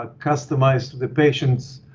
ah customized to the patient's